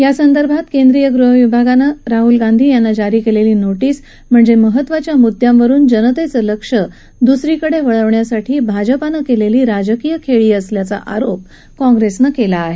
यासंदर्भात केंद्रीय गृह विभागानं राहुल गांधी यांना जारी केलेली नोटीस म्हणजे महत्वाच्या मुद्द्यांवरून जनतेचं लक्ष दुसरीकडे वळवण्यासाठी भाजपानं केलेली राजकीय खेळी असल्याचा आरोप काँग्रेसनं केला होता